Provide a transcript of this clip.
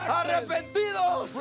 arrepentidos